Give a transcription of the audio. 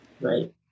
Right